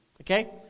Okay